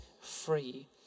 free